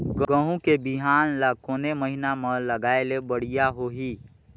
गहूं के बिहान ल कोने महीना म लगाय ले बढ़िया होही?